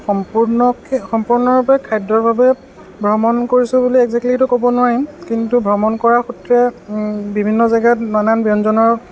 সম্পূৰ্ণকৈ সম্পূৰ্ণৰূপে খাদ্যৰ বাবে ভ্ৰমণ কৰিছোঁ বুলি একজেক্টলিতো ক'ব নোৱাৰিম কিন্তু ভ্ৰমণ কৰাৰ সূত্ৰে বিভিন্ন জেগাত নানান ব্যঞ্জনৰ